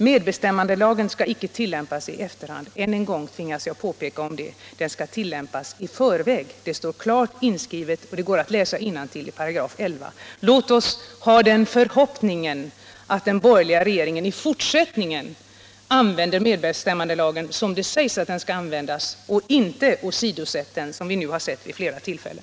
Medbestämmandelagen skall icke tillämpas i efterhand — än en gång tvingas jag påpeka det — utan den skall tillämpas i förväg. Det står klart inskrivet och går att läsa innantill i 115. Låt oss ha den förhoppningen att den borgerliga regeringen i fortsättningen använder medbestämmandelagen som det sägs att den skall användas och inte åsidosätter den, som vi nu har sett vid flera tillfällen.